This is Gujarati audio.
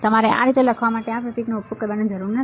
તમારે આ રીતે લખવા માટે આ પ્રતીકનો ઉપયોગ કરવાની જરૂર નથી